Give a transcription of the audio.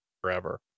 forever